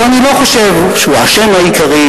ואני לא חושב שהוא האשם העיקרי,